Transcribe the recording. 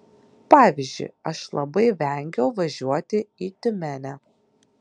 pavyzdžiui aš labai vengiau važiuoti į tiumenę